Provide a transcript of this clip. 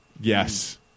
yes